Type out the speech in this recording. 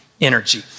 energy